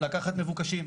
לקחת מבוקשים.